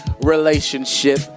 relationship